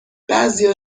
بعضیا